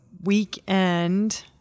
weekend